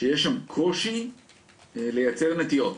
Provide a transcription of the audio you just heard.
שיש שם קושי לייצר נטיעות.